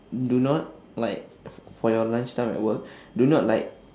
do not like f~ for your lunch time at work do not like